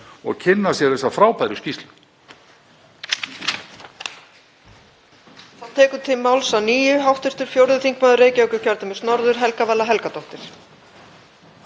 að kynna sér þessa frábæru skýrslu.